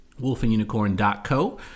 Wolfandunicorn.co